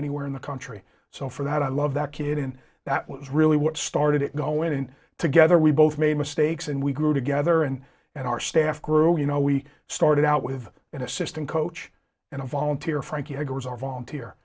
anywhere in the country so for that i love that kid and that was really what started it going and together we both made mistakes and we grew together and and our staff grew you know we started out with an assistant coach and a volunteer